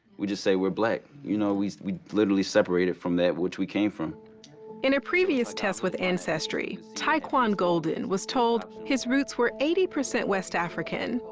we just say we're black. you know, we we literally separated from that which we came from. narrator in a previous test with ancestry, tyquine golden was told his roots were eighty percent west african,